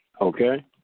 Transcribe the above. Okay